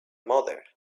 mother